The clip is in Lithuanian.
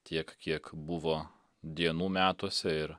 tiek kiek buvo dienų metuose ir